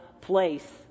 place